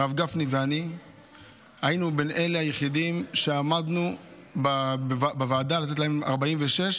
הרב גפני ואני היינו בין היחידים שעמדנו בוועדה לתת להם 46,